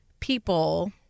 people